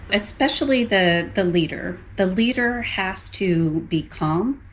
especially the the leader. the leader has to be calm.